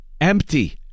empty